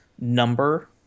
number